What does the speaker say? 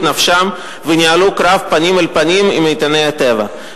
נפשם וניהלו קרב פנים אל פנים עם איתני הטבע.